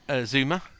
Zuma